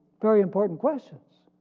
very important questions.